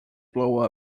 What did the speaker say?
blow